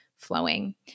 flowing